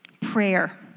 Prayer